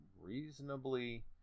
reasonably